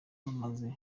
bamaze